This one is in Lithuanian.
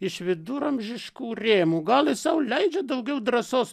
iš viduramžiškų rėmų gal jis sau leidžiu daugiau drąsos